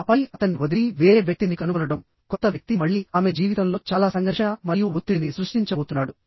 ఆపై అతన్ని వదిలి వేరే వ్యక్తిని కనుగొనడం కొత్త వ్యక్తి మళ్ళీ ఆమె జీవితంలో చాలా సంఘర్షణ మరియు ఒత్తిడిని సృష్టించబోతున్నాడు